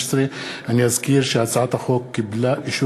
אני גם מברך, ודאי,